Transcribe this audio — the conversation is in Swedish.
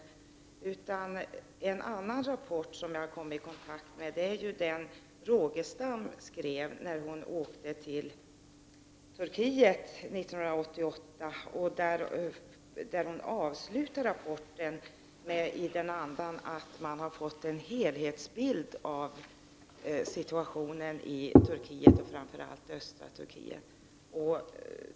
Jag har även läst den rapport som Christina Rogestam skrev efter sin resa till Turkiet år 1988. Hon avslutar rapporten med att säga att hon fått en helhetsbild av situationen i Turkiet, och framför allt i östra Turkiet.